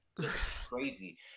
crazy